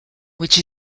which